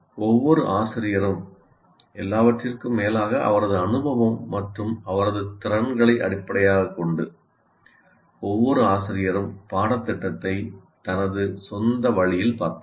ஒவ்வொரு ஆசிரியரும் எல்லாவற்றிற்கும் மேலாக அவரது அனுபவம் மற்றும் அவரது திறன்களை அடிப்படையாகக் கொண்டு பாடத்திட்டத்தை தனது சொந்த வழியில் பார்ப்பார்